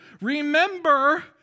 remember